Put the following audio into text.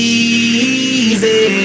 easy